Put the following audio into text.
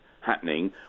happening